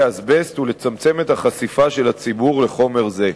אזבסט ולצמצם את החשיפה של הציבור לחומר זה.